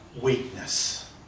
weakness